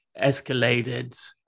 escalated